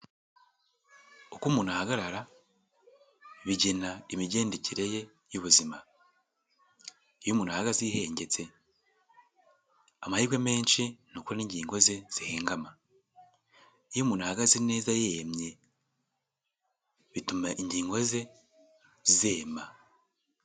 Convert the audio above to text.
Uko umuntu ahagarara bigena imigendekere ye y'ubuzima, iyo umuntu ahahagaze yihengetse amahirwe menshi ni uko n'ingingo ze zihengama, iyo umuntu ahagaze neza yemye bituma ingingo ze zema.